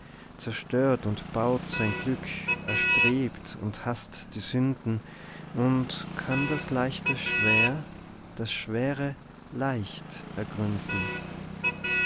zerstört und baut sein glück erstrebt und haßt die sünden und kann das leichte schwer das schwere leicht ergründen